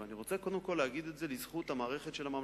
ואני רוצה קודם כול להגיד את זה לזכות המערכת של הממלכתי-דתי,